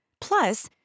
plus